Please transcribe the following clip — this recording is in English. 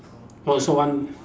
oh so one